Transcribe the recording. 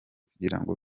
kugirango